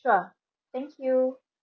sure thank you